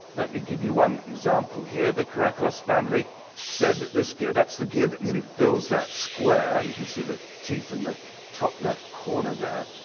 let me give you one example here. the karakalos family said that this gear, that's the gear that nearly fills that square, you can see the teeth in the top left corner there.